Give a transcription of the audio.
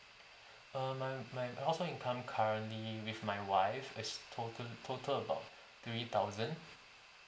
err my my household income currently with my wife is total total about three thousand